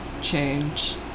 change